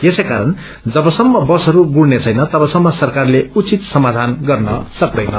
यसैकारण जवसम्म वसहरू गुढ़ने छैन तबसम्म सरकारले उचित समाधान गर्न सक्दैन